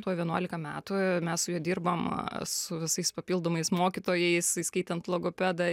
tuoj vienuolika metų mes su juo dirbam su visais papildomais mokytojais įskaitant logopedą